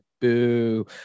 boo